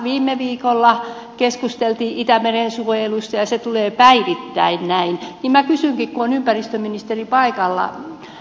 viime viikolla keskusteltiin itämeren suojelusta ja se tulee päivittäin esiin ja minä kysynkin kun on ympäristöministeri paikalla